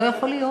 לא יכול להיות.